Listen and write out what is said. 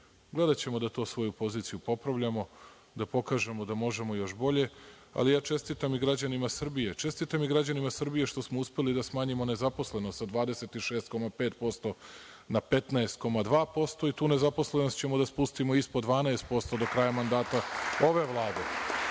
Gledaćemo da tu svoju poziciju popravljamo, da pokažemo da možemo još bolje, ali ja čestitam i građanima Srbije. Čestitam i građanima Srbije što smo uspeli da smanjimo nezaposlenost sa 26,5% na 15,2% i tu nezaposlenost ćemo da spustimo ispod 12% do kraja mandata ove Vlade. To